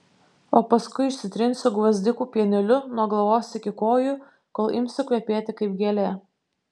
o paskui išsitrinsiu gvazdikų pieneliu nuo galvos iki kojų kol imsiu kvepėti kaip gėlė